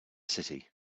city